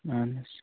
اَہَن حظ